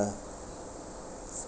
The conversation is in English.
uh